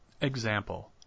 Example